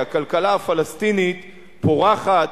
כי הכלכלה הפלסטינית פורחת,